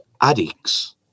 addicts